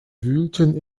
wühlten